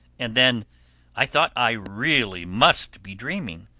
and then i thought i really must be dreaming.